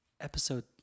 episode